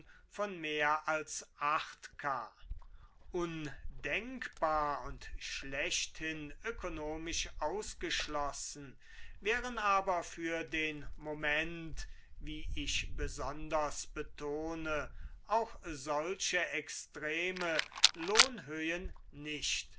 von mehr als k undenkbar und schlechthin ökonomisch ausgeschlossen wären aber für den moment wie ich besonders betone auch solche extreme lohnhöhen nicht